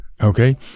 okay